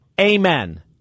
Amen